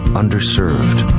underserved,